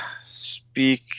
speak